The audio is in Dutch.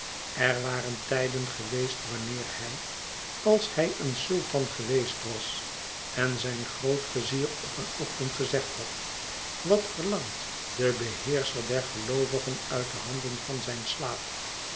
er waren tijden geweest wanneer hij als hij een sultan geweest was en zijn grootvizier op een ochtend gezegd had wat verlangt de beheerscher der geloovigen uit de handen van zijn slaaf